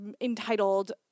entitled